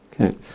okay